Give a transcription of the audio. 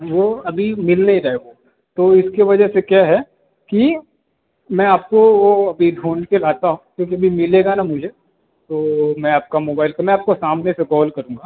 वो अभी मिल नहीं रहा है वो तो इसके वजह से क्या है कि मैं आपको वो अभी ढूँढ के लाता हूँ क्योंकि फिर मिलेगा ना मुझे तो मैं आपके मोबाइल का मैं आपको शाम में फिर कॉल करूँगा